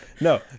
No